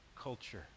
culture